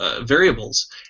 variables